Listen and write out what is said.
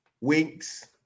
Winks